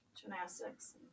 Gymnastics